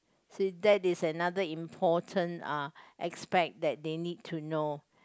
see that is another important uh aspect that they need to know